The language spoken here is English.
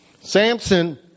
Samson